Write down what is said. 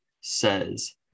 says